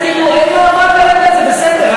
אין מאבק על זה, זה בסדר.